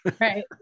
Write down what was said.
Right